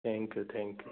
thank you thank U